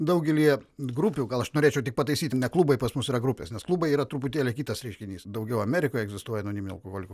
daugelyje grupių gal aš norėčiau tik pataisyti ne klubai pas mus yra grupes nes klubai yra truputėlį kitas reiškinys daugiau amerikoje egzistuoja anoniminių alkoholikų